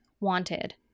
wanted